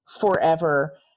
forever